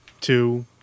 two